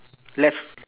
left